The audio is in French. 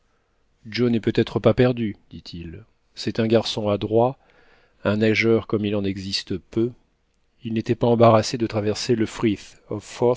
joe n'est peut-être pas perdu dit-il c'est un garçon adroit un nageur comme il en existe peu il n'était pas embarrassé de traverser le frith